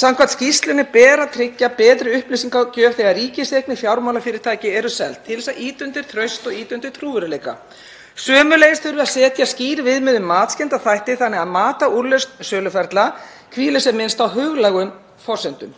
Samkvæmt skýrslunni ber að tryggja betri upplýsingagjöf þegar fjármálafyrirtæki í ríkiseigu eru seld til að ýta undir traust og ýta undir trúverðugleika. Sömuleiðis þurfi að setja skýr viðmið um matskennda þætti þannig að mat á úrlausn söluferla hvíli sem minnst á huglægum forsendum.